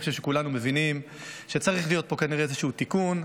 אני חושב שכולנו מבינים שצריך להיות פה כנראה איזה תיקון,